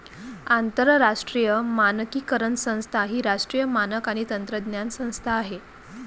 आंतरराष्ट्रीय मानकीकरण संस्था ही राष्ट्रीय मानक आणि तंत्रज्ञान संस्था आहे